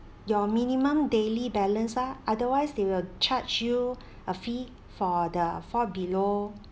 your minimum daily balance ah otherwise they will charge you a fee for the fall below